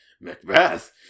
Macbeth